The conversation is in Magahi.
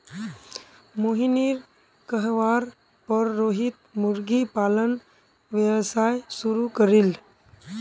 मोहिनीर कहवार पर रोहित मुर्गी पालन व्यवसाय शुरू करील